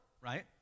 right